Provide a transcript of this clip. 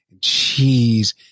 cheese